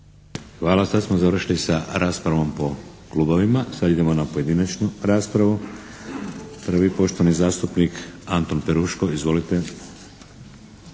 Hvala. Sad smo završili sa raspravom po klubovima. Sada idemo na pojedinačnu raspravu. Prvi poštovani zastupnik Anton Peruško. Izvolite!